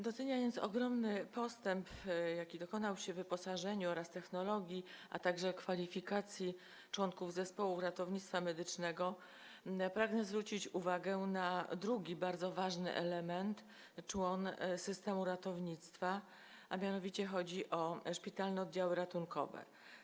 Doceniając ogromny postęp, jaki dokonał się, jeżeli chodzi o wyposażenie oraz technologię, a także kwalifikacje członków zespołów ratownictwa medycznego, pragnę zwrócić uwagę na drugi bardzo ważny element, człon systemu ratownictwa, a mianowicie chodzi o szpitalne oddziały ratunkowe.